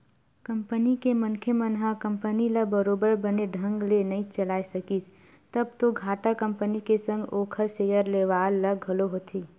company के मनखे मन ह कंपनी ल बरोबर बने ढंग ले नइ चलाय सकिस तब तो घाटा कंपनी के संग ओखर सेयर लेवाल ल घलो होथे